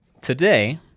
today